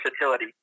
versatility